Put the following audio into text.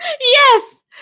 Yes